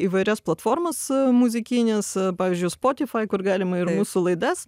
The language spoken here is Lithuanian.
įvairias platformas muzikines pavyzdžiui spotify kur galima ir mūsų laidas